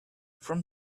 from